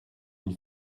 une